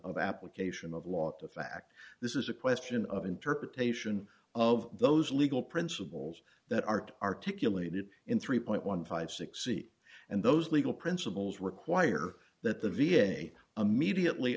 of application of law to fact this is a question of interpretation of those legal principles that are articulated in three one hundred and fifty six seat and those legal principles require that the v a immediately